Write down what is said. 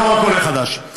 לא רק עולה חדש.